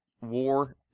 War